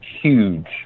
huge